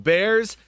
Bears